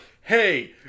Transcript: Hey